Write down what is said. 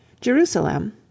Jerusalem